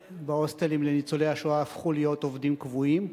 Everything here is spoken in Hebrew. בהוסטלים לניצולי השואה הפכו להיות עובדים קבועים.